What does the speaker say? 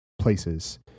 places